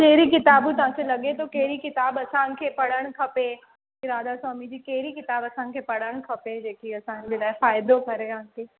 कहिड़ी किताबूं तव्हांखे लॻे थो कहिड़ी किताबु असांखे पढ़णु खपे राधा स्वामी जी कहिड़ी किताबु असांखे पढ़णु खपे जेकी असांजे लाइ फ़ाइदो करे असांखे